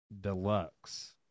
deluxe